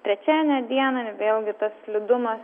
trečiadienio dieną vėlgi tas slidumas